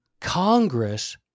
Congress